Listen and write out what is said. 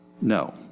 No